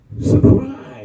surprise